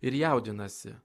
ir jaudinasi